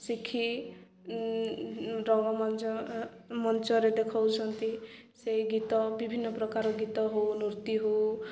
ଶିଖି ରଙ୍ଗମଞ୍ଚ ମଞ୍ଚରେ ଦେଖଉଛନ୍ତି ସେଇ ଗୀତ ବିଭିନ୍ନ ପ୍ରକାର ଗୀତ ହଉ ନୃତ୍ୟ ହଉ